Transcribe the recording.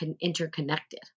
interconnected